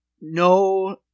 No